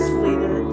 later